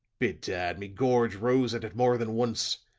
bedad, me gorge rose at it more than once,